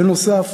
בנוסף,